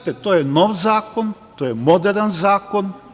To je nov zakon, to je moderan zakon.